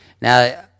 now